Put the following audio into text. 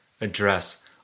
address